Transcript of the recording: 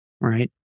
right